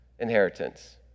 Inheritance